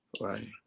right